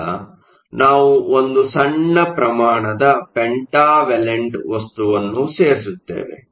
ಈಗ ನಾವು ಒಂದು ಸಣ್ಣ ಪ್ರಮಾಣದ ಪೆಂಟಾವಲೆಂಟ್ ವಸ್ತುವನ್ನು ಸೇರಿಸುತ್ತೇವೆ